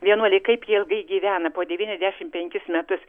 vienuoliai kaip jie ilgai gyvena po devyniasdešim penkis metus